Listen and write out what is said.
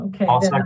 Okay